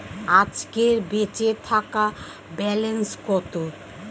আজকের বেচে থাকা ব্যালেন্স কত?